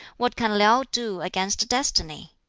what can liau do against destiny?